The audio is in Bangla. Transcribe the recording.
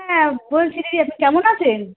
হ্যাঁ বলছি দিদি আপনি কেমন আছেন